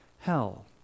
hell